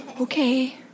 Okay